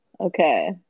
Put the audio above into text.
Okay